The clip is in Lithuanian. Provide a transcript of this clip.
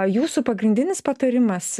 jūsų pagrindinis patarimas